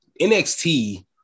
NXT